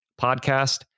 Podcast